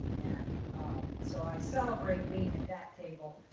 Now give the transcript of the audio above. and so i celebrate being at that table.